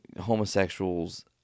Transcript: homosexuals